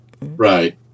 right